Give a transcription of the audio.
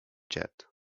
jet